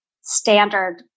standard